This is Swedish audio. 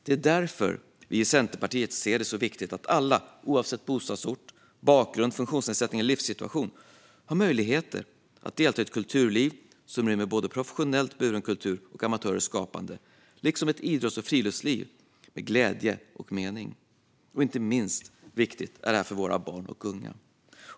Det är därför vi i Centerpartiet ser det som så viktigt att alla, oavsett bostadsort, bakgrund, funktionsnedsättning eller livssituation, har möjlighet att delta i ett kulturliv som rymmer både professionellt buren kultur och amatörers skapande liksom ett idrotts och fritidsliv med glädje och mening. Inte minst viktigt är det för våra barn och unga.